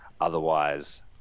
Otherwise